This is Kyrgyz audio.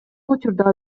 учурда